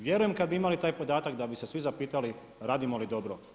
Vjerujem kad bi imali taj podatak da bi se svi zapitali radimo li dobro.